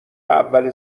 اول